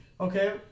Okay